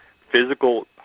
physical